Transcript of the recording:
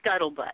scuttlebutt